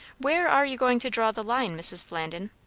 where are you going to draw the line, mrs. flandin?